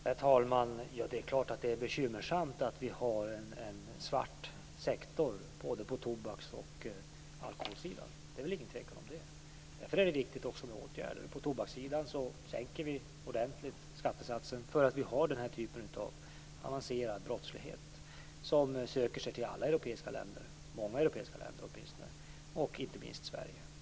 Herr talman! Det är klart att det är bekymmersamt att vi har en svart sektor på både tobaks och alkoholsidan. Det råder inget tvivel om det. Därför är det också viktigt med åtgärder. På tobakssidan sänker vi skattesatsen ordentligt på grund av att vi har den här typen av avancerad brottslighet, som söker sig till alla - åtminstone många - europeiska länder, inte minst Sverige.